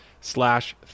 slash